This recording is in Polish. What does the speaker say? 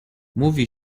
mówi